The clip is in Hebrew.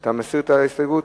אתה מסיר את ההסתייגות?